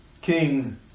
King